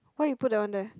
why you put that one there